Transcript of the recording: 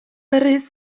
berriz